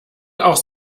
auch